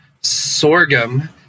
sorghum